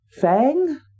Fang